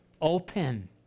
open